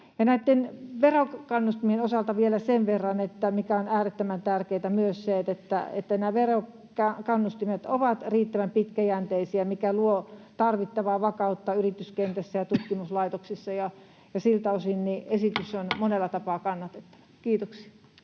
Näitten verokannustimien osalta vielä sen verran, että äärettömän tärkeätä on myös se, että nämä verokannustimet ovat riittävän pitkäjänteisiä, mikä luo tarvittavaa vakautta yrityskentässä ja tutkimuslaitoksissa, ja siltä osin esitys on monella tapaa kannatettava. — Kiitoksia.